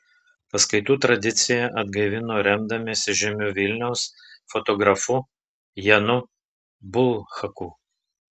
paskaitų tradiciją atgaivino remdamiesi žymiu vilniaus fotografu janu bulhaku